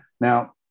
Now